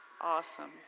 Awesome